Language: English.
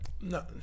No